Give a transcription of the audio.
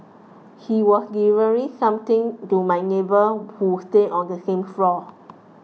he was delivering something to my neighbour who stay on the same floor